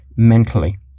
mentally